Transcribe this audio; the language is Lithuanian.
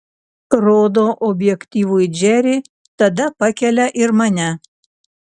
rodo objektyvui džerį tada pakelia ir mane